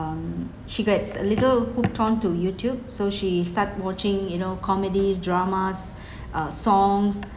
um she gets a little hooked onto Youtube so she start watching you know comedies dramas uh songs